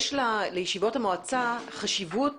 יש לישיבות המועצה חשיבות